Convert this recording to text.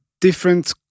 different